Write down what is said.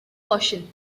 caution